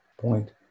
point